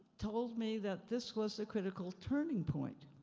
told me that this was a critical turning point.